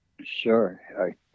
Sure